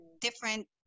different